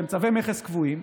שהם צווי מכס קבועים,